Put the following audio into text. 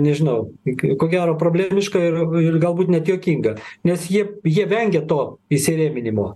nežinau iki ko gero problemiška ir ir galbūt net juokinga nes ji jie vengia to įsirėminimo